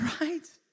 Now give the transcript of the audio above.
Right